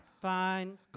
Fine